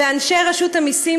ואנשי רשות המסים,